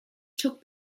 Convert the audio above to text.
took